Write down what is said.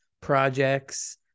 projects